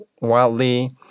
wildly